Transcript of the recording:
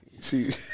See